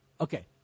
Okay